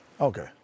Okay